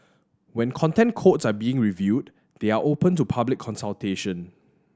when Content Codes are being reviewed they are open to public consultation